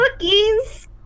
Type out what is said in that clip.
cookies